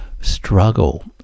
struggle